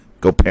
Go